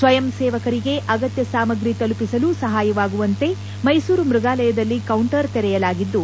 ಸ್ವಯಂ ಸೇವಕರಿಗೆ ಅಗತ್ಯ ಸಾಮಗ್ರಿ ತಲುಪಿಸಲು ಸಹಾಯವಾಗುವಂತೆ ಮೈಸೂರು ಮೃಗಾಲಯದಲ್ಲಿ ಕೌಂಟರ್ ತೆರೆಯಲಾಗಿದ್ದು